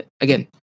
again